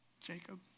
Jacob